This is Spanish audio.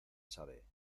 sabe